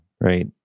right